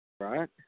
right